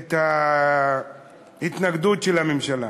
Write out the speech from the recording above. את ההתנגדות של הממשלה.